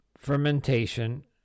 fermentation